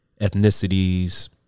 ethnicities